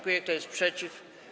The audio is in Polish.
Kto jest przeciw?